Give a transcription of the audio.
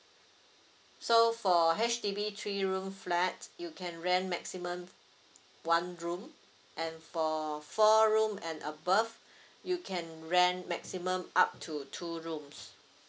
so for H_D_B three room flat you can rent maximum one room and for four room and above you can rent maximum up to two rooms